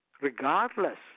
regardless